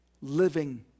living